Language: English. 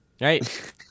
Right